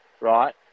right